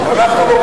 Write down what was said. הוועדה,